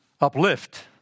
Uplift